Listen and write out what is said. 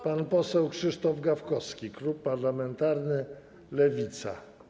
Pan poseł Krzysztof Gawkowski, klub parlamentarny Lewica.